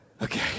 Okay